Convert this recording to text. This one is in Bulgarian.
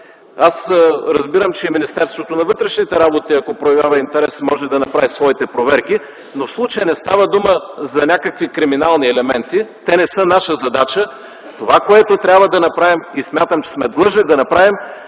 Аз разбирам, че и Министерството на вътрешните работи, ако проявява интерес може да направи своите проверки, но в случая не става дума за някакви криминални елементи, те не са наша задача. Това, което трябва да направим и смятам, че сме длъжни да направим,